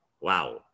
Wow